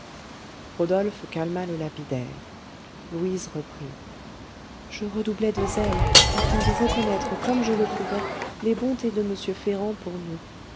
rodolphe calma le lapidaire louise reprit je redoublais de zèle afin de reconnaître comme je le pouvais les bontés de m ferrand pour nous